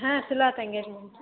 ಹಾಂ ಛಲೋ ಆಯ್ತ್ ಎಂಗೇಜ್ಮೆಂಟ್